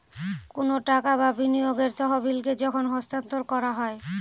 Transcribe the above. কোনো টাকা বা বিনিয়োগের তহবিলকে যখন স্থানান্তর করা হয়